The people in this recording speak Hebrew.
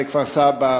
בכפר-סבא,